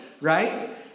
right